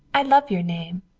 i love your name.